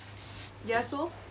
ya so